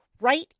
right